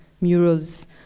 murals